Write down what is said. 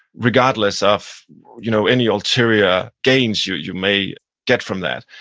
regardless of you know any ulterior gains you you may get from that.